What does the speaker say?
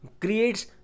creates